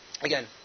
Again